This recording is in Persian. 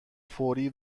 فوری